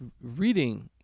reading